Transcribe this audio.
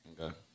okay